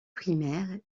primaire